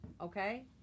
okay